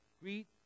Greet